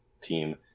team